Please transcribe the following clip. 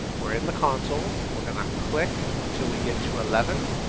we're in the console, we're gonna click until we get to eleven,